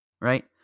right